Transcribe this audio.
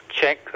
check